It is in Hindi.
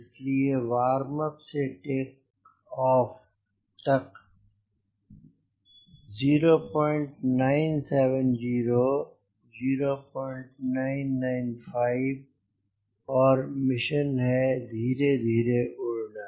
इसलिए वार्म अप से टेक ऑफ तक 0970 0995 और मिशन है धीरे धीरे उड़ना